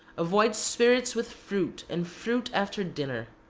avoid spirits with fruit, and fruit after dinner.